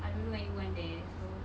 I don't know anyone there so